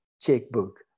checkbook